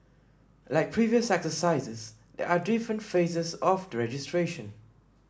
like previous exercises there are different phases of registration